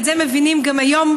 ואת זה מבינים גם היום,